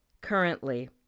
Currently